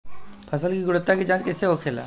फसल की गुणवत्ता की जांच कैसे होखेला?